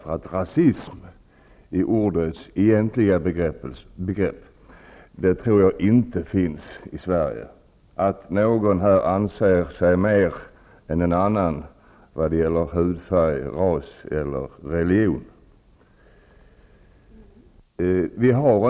Jag tror inte rasism i ordets egentliga bemärkelse finns i Sverige. Jag tror inte att någon här anser sig för mer än någon annan när det gäller hudfärg, ras eller religion.